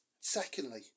secondly